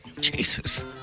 Jesus